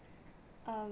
um